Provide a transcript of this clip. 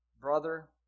brother